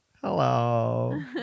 Hello